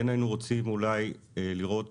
כן היינו רוצים אולי לראות,